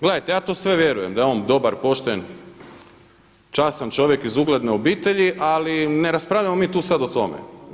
Gledajte, ja to sve vjerujem da je on dobar, pošten, častan čovjek iz ugledne obitelji, ali ne raspravljamo mi tu sada o tome.